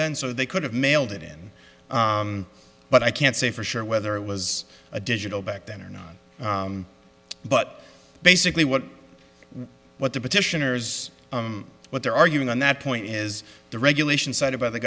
then so they could have mailed it in but i can't say for sure whether it was a digital back then or not but basically what what the petitioners what they're arguing on that point is the regulation cited by the